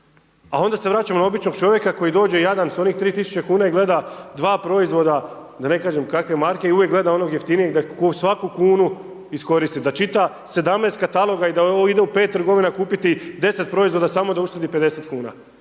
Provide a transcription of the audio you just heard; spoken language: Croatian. A onda se vraćamo na običnog čovjeka koji dođe jadan s onih 3.000,00 kn i gleda dva proizvoda, da ne kažem kakve marke, i uvijek gleda onog jeftinijeg da svaku kunu iskoristi, da čita 17 kataloga i da ide u 5 trgovina kupiti 10 proizvoda samo da uštedi 50,00 kn,